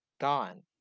gone